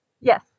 Yes